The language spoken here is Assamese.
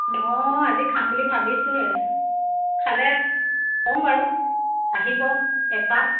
ন আজি খাম বুলি ভাবিছোঁহে খালে ক'ম বাৰু আহিব এপাক